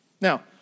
Now